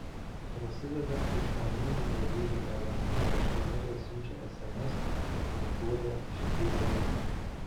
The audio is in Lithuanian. prasideda išmaniųjų drabužių era marškinėliai siunčia sms ir matuoja širdies ritmą